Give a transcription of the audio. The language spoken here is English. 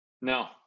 No